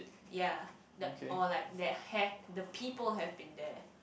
ya the or like that hair the people have been there